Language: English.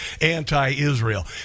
anti-Israel